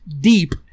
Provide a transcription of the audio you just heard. deep